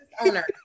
owner